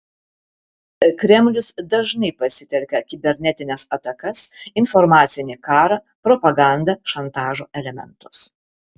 kremlius dažniai pasitelkia kibernetines atakas informacinį karą propagandą šantažo elementus